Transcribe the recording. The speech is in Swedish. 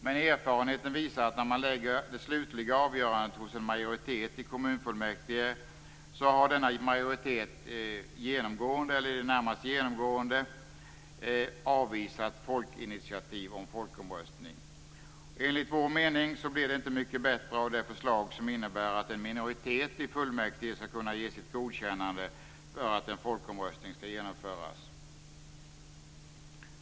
Men erfarenheten visar att när man lägger det slutliga avgörandet hos en majoritet i kommunfullmäktige så har denna majoritet i det närmaste genomgående avvisat folkinitiativ om folkomröstning. Enligt vår mening blir det inte mycket bättre av det förslag som innebär att en minoritet i fullmäktige skall kunna ge sitt godkännande för att en folkomröstning skall genomföras.